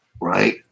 right